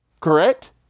Correct